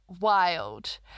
wild